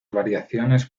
variaciones